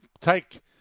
take